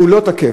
הוא לא תקף.